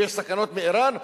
ויש סכנות באירן,